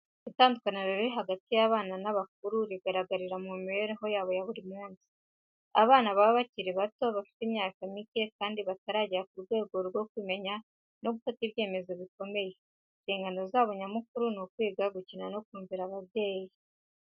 Itandukaniro riri hagati y’abana n’abakuru rigaragara mu mibereho yabo ya buri munsi. Abana baba bakiri bato, bafite imyaka mike kandi bataragera ku rwego rwo kwimenya no gufata ibyemezo bikomeye. Inshingano zabo nyamukuru ni ukwiga, gukina no kumvira ababyeyi.